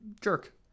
jerk